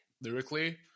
Lyrically